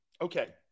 okay